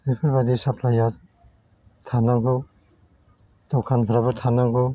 बेफोरबादि साफ्लाइआ थानांगौ दखानफ्राबो थानांगौ